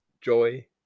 joy